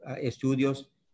estudios